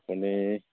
আপুনি